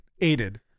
aided